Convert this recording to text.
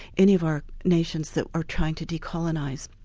any of our nations that are trying to decolonise,